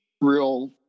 real